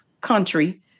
country